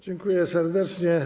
Dziękuję serdecznie.